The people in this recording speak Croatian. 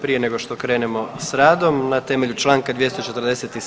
Prije nego što krenemo s radom na temelju čl. 247.